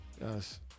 Yes